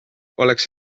oleks